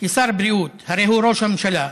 כשר בריאות, הרי הוא ראש הממשלה,